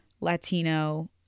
Latino